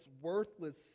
worthless